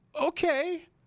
Okay